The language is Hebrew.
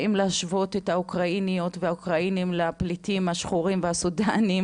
האם להשוות את האוקראיניות והאוקראינים לפליטים השחורים והסודנים?